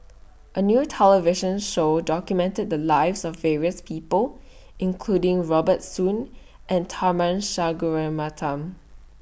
A New television Show documented The Lives of various People including Robert Soon and Tharman Shanmugaratnam